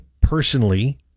personally